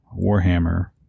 Warhammer